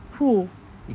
who